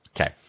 Okay